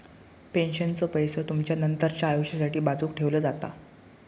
पेन्शनचो पैसो तुमचा नंतरच्या आयुष्यासाठी बाजूक ठेवलो जाता